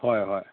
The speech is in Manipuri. ꯍꯣꯏ ꯍꯣꯏ